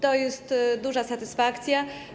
To jest duża satysfakcja.